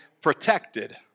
protected